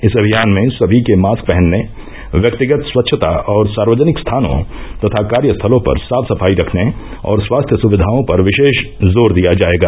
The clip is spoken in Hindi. इस अभियान में सभी के मास्क पहनने व्यक्तिगत स्वच्छता और सार्वजनिक स्थानों तथा कार्यस्थलों पर साफ सफाई रखने और स्वास्थ्य सुविधाओं पर विशेष जोर दिया जाएगा